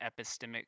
epistemic